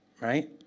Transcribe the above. right